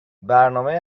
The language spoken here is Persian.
برنامهی